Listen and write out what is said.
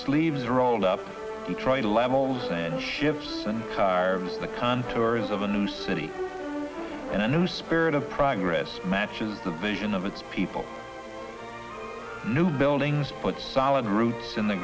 sleeves rolled up detroit a levels and ships and harvest the contours of a new city and a new spirit of progress matches the vision of its people new buildings put solid roots in the